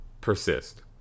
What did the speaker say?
persist